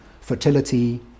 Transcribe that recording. fertility